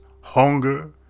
hunger